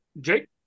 Jake